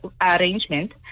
arrangement